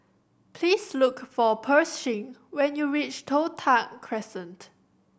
please look for Pershing when you reach Toh Tuck Crescent